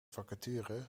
vacature